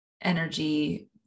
energy